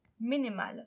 minimal